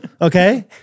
okay